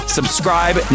Subscribe